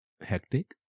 hectic